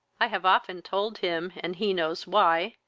i have often told him, and he knows why,